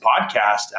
podcast